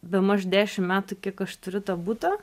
bemaž dešim metų kiek aš turiu tą butą